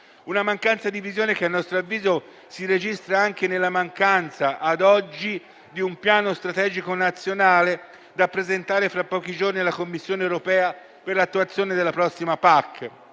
Una mancanza di visione - a nostro avviso - si registra anche nella mancanza, ad oggi, di un piano strategico nazionale, da presentare fra pochi giorni alla Commissione europea per l'attuazione della prossima